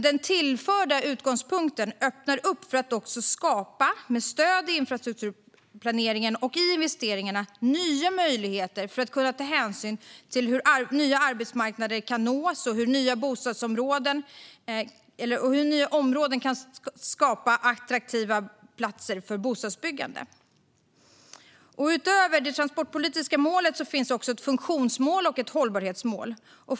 Den tillförda utgångspunkten öppnar upp för att med stöd i infrastrukturplaneringen och i investeringarna också skapa nya möjligheter för att kunna ta hänsyn till hur nya arbetsmarknader kan nås och hur nya områden kan skapa attraktiva platser för bostadsbyggande. Utöver det transportpolitiska målet finns också ett funktionsmål och ett hållbarhetsmål.